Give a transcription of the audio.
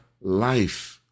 life